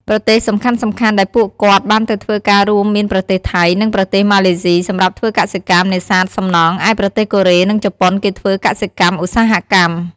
ប្រទេសសំខាន់ៗដែលពួកគាត់បានទៅធ្វើការរួមមានប្រទេសថៃ និងប្រទេសម៉ាឡេសុី សម្រាប់ធ្វើកសិកម្ម នេសាទ សំណង់ ឯប្រទេសកូរ៉េ នឹងជប៉ុនគេធ្វើ កសិកម្ម ឧស្សាហកម្ម ។